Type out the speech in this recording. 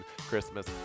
Christmas